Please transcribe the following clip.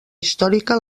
històrica